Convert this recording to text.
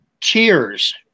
cheers